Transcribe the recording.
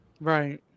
Right